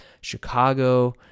Chicago